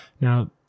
Now